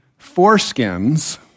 foreskins